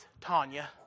Tanya